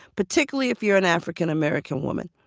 particularly if you're an african-american woman.